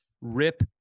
rip